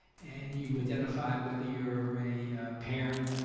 and you identify whether you're a parent,